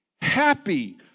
Happy